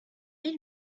est